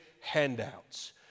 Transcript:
handouts